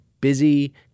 busy